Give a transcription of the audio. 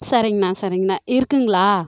சரிங்ணா சரிங்ணா இருக்குதுங்களா